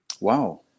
wow